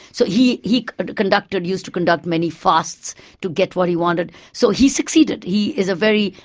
so he he conducted. used to conduct many fasts to get what he wanted, so he succeeded, he is a very.